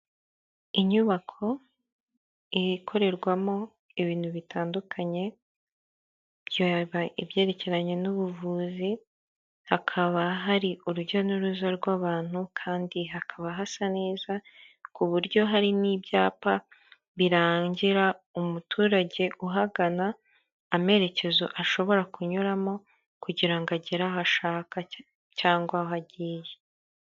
Inyubako ikorerwamo ibintu bitandukanye byaba ibyerekeranye n'ubuvuzi hakaba hari urujya n'uruza rw'abantu kandi hakaba hasa neza ku buryo hari n'ibyapa birangira umuturage uhagana amerekezo ashobora kunyuramo kugira agere ahashaka cyangwa aho agiye.